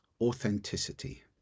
authenticity